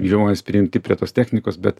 žiojas prijungti prie tos technikos bet